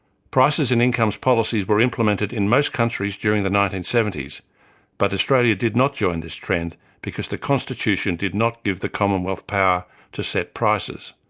prices and incomes policies were implemented in most countries during the nineteen seventy s but australia did not join this trend because the constitution did not give the commonwealth power to set prices.